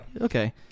Okay